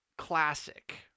classic